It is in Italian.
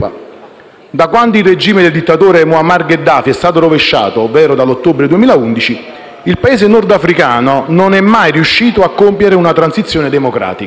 Da quando il regime del dittatore Muammar Gheddafi è stato rovesciato, ovvero dall'ottobre 2011, il Paese nordafricano non è mai riuscito a compiere una transizione democratica.